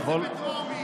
תעבירו בטרומית.